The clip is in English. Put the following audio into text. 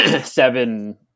seven